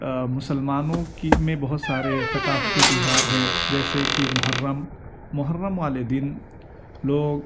مسلمانوں کی میں بہت سارے ثقافتی تہوار ہیں جیسے کہ محرم محرم والے دن لوگ